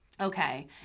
okay